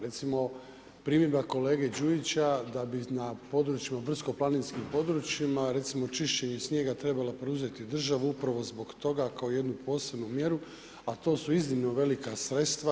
Recimo primjedba kolega Đujića da bi na područjima, brdsko-planinskim područjima, recimo čišćenje snijega trebala preuzeti država upravo zbog toga kao jednu posebnu mjeru a to su iznimno velika sredstva.